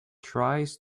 tries